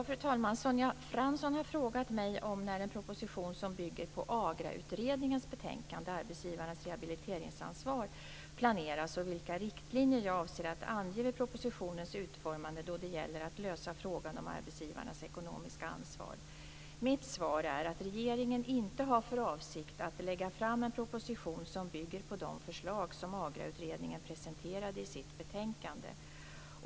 Fru talman! Sonja Fransson har frågat mig om när en proposition som bygger på AGRA-utredningens betänkande Arbetsgivarnas rehabiliteringsansvar planeras och vilka riktlinjer jag avser att ange vid propositionens utformande då det gäller att lösa frågan om arbetsgivarnas ekonomiska ansvar. Mitt svar är att regeringen inte har för avsikt att lägga fram en proposition som bygger på de förslag som AGRA-utredningen presenterade i sitt betänkande.